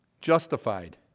Justified